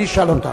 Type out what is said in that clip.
אני אשאל אותה.